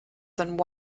than